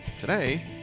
Today